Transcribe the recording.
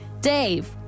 Dave